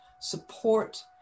support